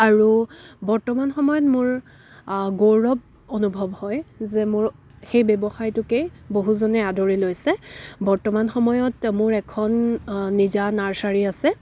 আৰু বৰ্তমান সময়ত মোৰ গৌৰৱ অনুভৱ হয় যে মোৰ সেই ব্যৱসায়টোকে বহুজনে আদৰি লৈছে বৰ্তমান সময়ত মোৰ এখন নিজা নাৰ্চাৰী আছে